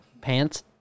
Pants